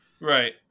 Right